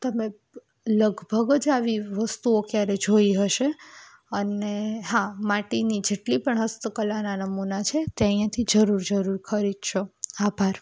તમે લગભગ જ આવી વસ્તુઓ ક્યારે જોઈ હશે અને હા માટીની જેટલી પણ હસ્તકલાના નમૂના છે તે અહીંયાથી જરૂર જરૂર ખરીદશો આભાર